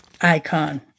icon